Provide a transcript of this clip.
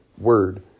word